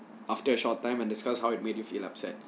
after a short time and discuss how it made you feel upset